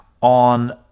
on